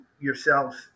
yourselves